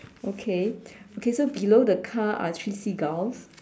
okay okay so below the car are three seagulls